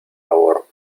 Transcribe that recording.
favor